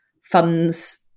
funds